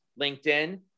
LinkedIn